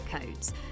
codes